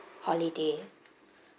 holiday